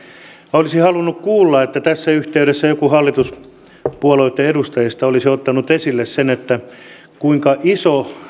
olisin halunnut kuulla että tässä yhteydessä joku hallituspuolueitten edustajista olisi ottanut esille sen kuinka iso